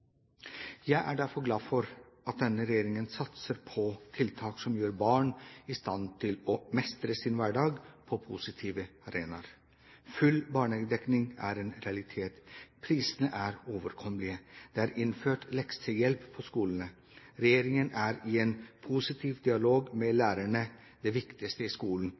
Jeg er derfor glad for at denne regjeringen satser på tiltak som gjør barn i stand til å mestre sin hverdag på positive arenaer. Full barnehagedekning er en realitet. Prisen er overkommelig. Det er innført leksehjelp på skolene. Regjeringen er i en positiv dialog med lærerne – det viktigste i skolen